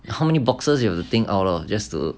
how many boxes you have to think out all just to